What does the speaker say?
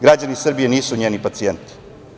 Građani Srbije nisu njeni pacijenti.